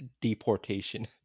deportation